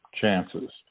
chances